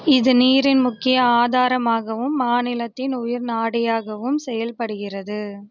இது நீரின் முக்கிய ஆதாரமாகவும் மாநிலத்தின் உயிர்நாடியாகவும் செயல்படுகிறது